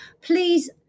please